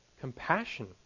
compassion